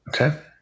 okay